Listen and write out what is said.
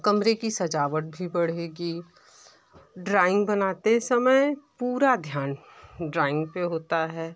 कमरे की सजावट भी बढ़ेगी ड्राइंग बनाते समय पूरा ध्यान ड्राइंग पर होता है